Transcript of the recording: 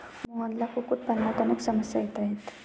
मोहनला कुक्कुटपालनात अनेक समस्या येत आहेत